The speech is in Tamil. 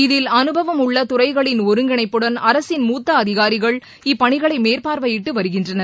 இதில் அனுபவம் உள்ள துறைகளின் ஒருங்கிணைப்புடன் அரசின் மூத்த அதிகாரிகள் இப்பணிகளை மேற்பார்வையிட்டு வருகின்றனர்